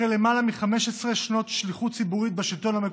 אחרי למעלה מ-15 שנות שליחות ציבורית בשלטון המקומי.